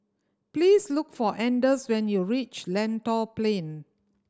please look for Anders when you reach Lentor Plain